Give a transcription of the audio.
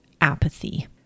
apathy